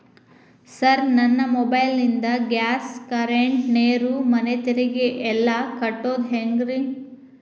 Sir ನನ್ನ mobile ನಿಂದ gas, current, ನೇರು, ಮನೆ ತೆರಿಗೆ ಎಲ್ಲಾ ಕಟ್ಟೋದು ಹೆಂಗ್ರಿ?